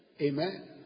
Amen